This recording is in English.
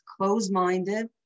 close-minded